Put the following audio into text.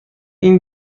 این